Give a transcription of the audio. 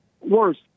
worse